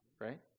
right